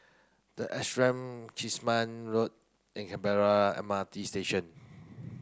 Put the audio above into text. the Ashram Kismis Road and Canberra M R T Station